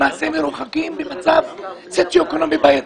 למעשה, מרוחקים במצב סוציו-אקונומי בעייתי.